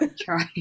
try